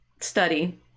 study